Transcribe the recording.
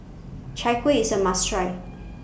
Chai Kueh IS A must Try